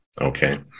Okay